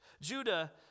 Judah